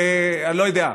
אני לא יודע,